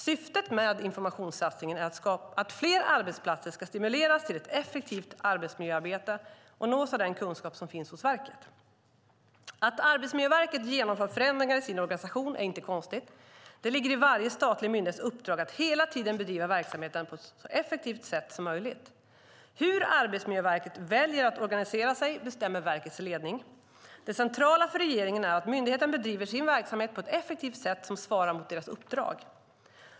Syftet med informationssatsningen är att fler arbetsplatser ska stimuleras till ett effektivt arbetsmiljöarbete och nås av den kunskap som finns hos verket. Att Arbetsmiljöverket genomför förändringar i sin organisation är inte konstigt. Det ligger i varje statlig myndighets uppdrag att hela tiden bedriva verksamheten på ett så effektivt sätt som möjligt. Hur Arbetsmiljöverket väljer att organisera sig bestämmer verkets ledning. Det centrala för regeringen är att myndigheten bedriver sin verksamhet på ett effektivt sätt som svarar mot dess uppdrag.